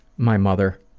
my mother,